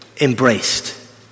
embraced